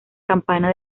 campana